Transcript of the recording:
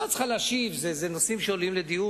משהו ערכי זה מוסיף,